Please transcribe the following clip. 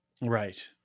Right